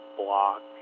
block